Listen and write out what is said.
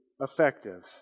effective